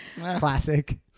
classic